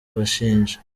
abashinja